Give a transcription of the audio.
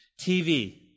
TV